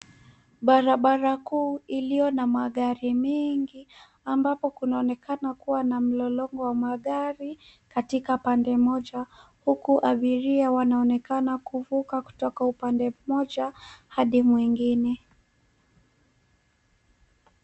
Barabara kuu iliyo na magari mengi ambapo kuonekana kuwa na mlolongo wa magari katika pande moja huku abiria wanaonekana kuvuka kutoka upande mmoja hadi mwingine.